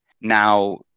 Now